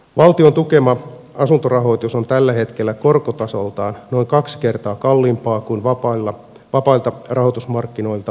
valtion tukema asuntorahoitus on tällä hetkellä korkotasoltaan noin kaksi kertaa kalliimpaa kuin vapailta rahoitusmarkkinoilta saatava rahoitus